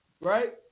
Right